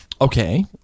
Okay